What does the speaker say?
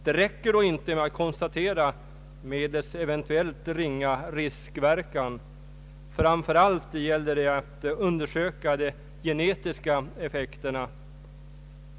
Det räcker då inte med att konstatera medlets eventuellt ringa riskverkan. Framför allt gäller det att undersöka de genetiska effekterna.